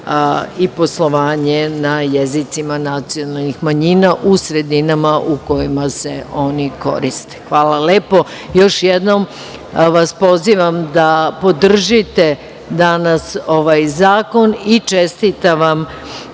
i poslovanje na jezicima nacionalnih manjina u sredinama u kojima se oni koriste. Hvala lepo. Još jednom vas pozivam da podržite danas ovaj zakon i čestitam vam